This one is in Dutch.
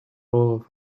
horen